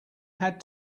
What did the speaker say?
had